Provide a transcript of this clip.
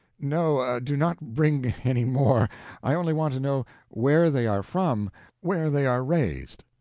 no, do not bring any more i only want to know where they are from where they are raised.